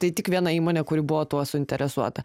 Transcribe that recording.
tai tik viena įmonė kuri buvo tuo suinteresuota